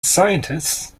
scientists